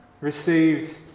received